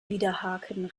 widerhaken